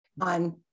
on